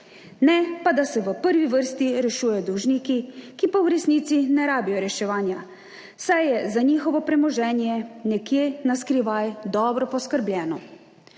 ne pa da se v prvi vrsti rešujejo dolžniki, ki pa v resnici ne rabijo reševanja, saj je za njihovo premoženje nekje na skrivaj dobro poskrbljeno.